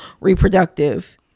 reproductive